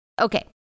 Okay